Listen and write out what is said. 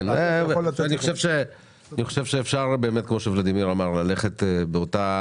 אני חושב שאפשר כמו שוולדימיר אמר, ללכת באותה